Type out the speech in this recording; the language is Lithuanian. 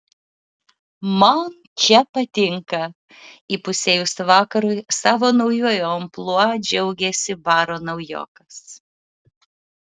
man čia patinka įpusėjus vakarui savo naujuoju amplua džiaugėsi baro naujokas